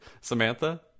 Samantha